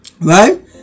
right